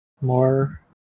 more